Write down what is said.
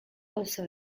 also